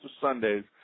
Sundays